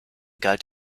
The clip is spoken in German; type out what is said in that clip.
galt